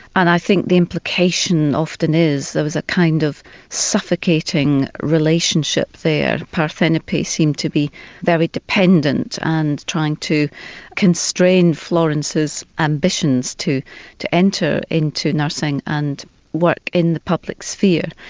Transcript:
and i think the implication often is there was a kind of suffocating relationship there. parthenope seemed to be very dependent and trying to constrain florence's ambitions to to enter into nursing, and work in the public sphere.